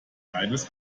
eines